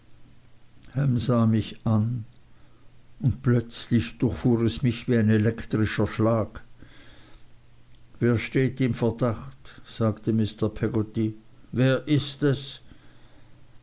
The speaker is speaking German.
mich an und plötzlich durchfuhr es mich wie ein elektrischer schlag wer steht im verdacht sagte mr peggotty wer ist es